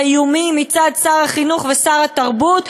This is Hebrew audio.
האיומים מצד שר החינוך ושרת התרבות,